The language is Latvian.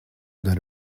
dari